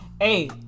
hey